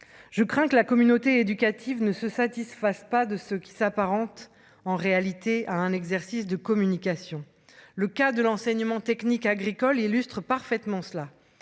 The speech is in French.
je crains que la communauté éducative ne se satisfasse pas de ce qui s'apparente en réalité à un exercice de communication, le cas de l'enseignement technique agricole illustre parfaitement cela